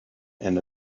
and